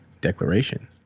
declaration